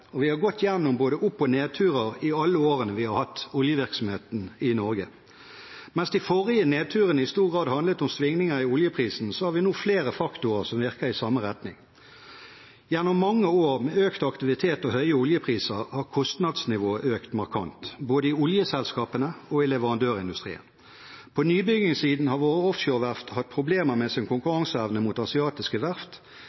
og vi har gått gjennom både oppturer og nedturer i alle årene vi har hatt oljevirksomhet i Norge. Mens de forrige nedturene i stor grad handlet om svingninger i oljeprisen, har vi nå flere faktorer som virker i samme retning. Gjennom mange år med økt aktivitet og høye oljepriser har kostnadsnivået økt markant, i både oljeselskapene og leverandørindustrien. På nybyggingsiden har våre offshoreverft hatt problemer med sin